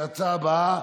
הבאה,